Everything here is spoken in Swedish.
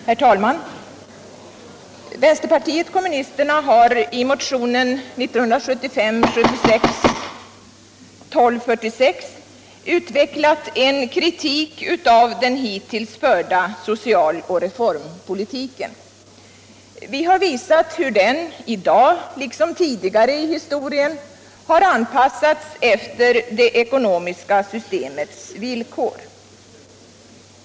Herr - talman! - Vänsterpartiet kommunisterna har i motionen 1975/76:1246 utvecklat en kritik av den hittills förda socialoch reformpolitiken. Vi har visat hur den i dag liksom tidigare i historien har anpassats efter det ekonomiska systemets villkor.